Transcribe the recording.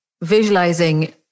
visualizing